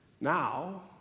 Now